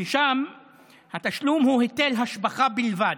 ששם התשלום הוא היטל השבחה בלבד.